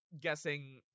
guessing